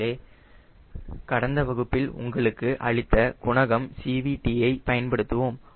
அதிலே கடந்த வகுப்பில் உங்களுக்கு அளித்த குணகம் CVT ஐ பயன்படுத்துவோம்